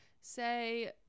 say